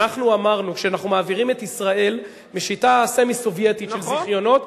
אנחנו אמרנו: אנחנו מעבירים את ישראל מהשיטה הסמי-סובייטית של זיכיונות,